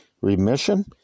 Remission